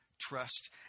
trust